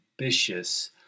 ambitious